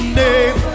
name